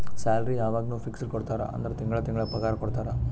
salary ಯವಾಗ್ನೂ fix ಕೊಡ್ತಾರ ಅಂದುರ್ ತಿಂಗಳಾ ತಿಂಗಳಾ ಪಗಾರ ಕೊಡ್ತಾರ